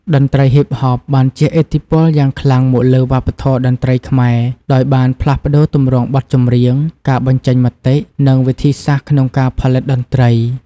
តន្រ្តីហ៊ីបហបបានជះឥទ្ធិពលយ៉ាងខ្លាំងមកលើវប្បធម៌តន្ត្រីខ្មែរ ដោយបានផ្លាស់ប្ដូរទម្រង់បទចម្រៀង ការបញ្ចេញមតិ និងវិធីសាស្រ្តក្នុងការផលិតតន្ត្រី។